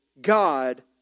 God